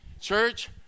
Church